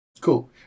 Cool